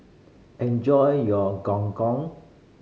enjoy your Gong Gong